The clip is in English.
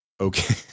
Okay